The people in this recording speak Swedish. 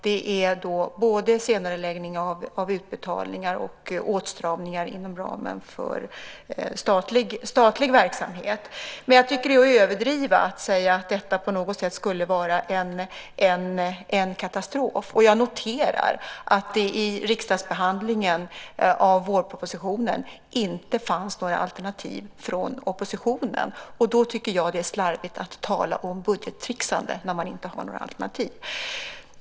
Det gäller både senareläggning av utbetalningar och åtstramningar inom ramen för statlig verksamhet. Men jag tycker att det är att överdriva att säga att detta på något sätt skulle vara en katastrof, och jag noterar att det i riksdagsbehandlingen av vårpropositionen inte fanns några alternativ från oppositionen. Jag tycker att det är slarvigt att tala om budgettricksande när man inte har några alternativ.